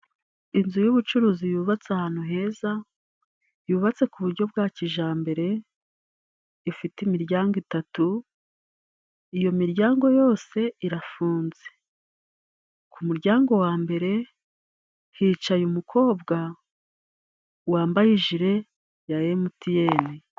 Inzu y'ubucuruzi yubatse ahantu heza, yubatse ku buryo bwa kijyambere, ifite imiryango itatu, iyo miryango yose irafunze. Ku muryango wa mbere hicaye umukobwa, wambaye ijile ya emutiyeni.